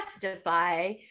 testify